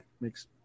makes